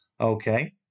okay